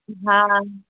हाँ